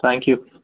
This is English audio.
thank you